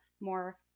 more